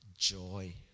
Joy